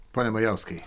pone majauskai